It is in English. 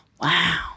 Wow